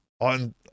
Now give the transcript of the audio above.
on